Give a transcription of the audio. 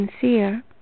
sincere